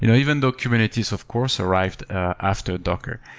you know even though kubernetes, of course, arrived after docker.